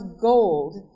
gold